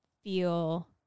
feel